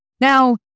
Now